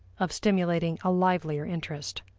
of stimulating a livelier interest.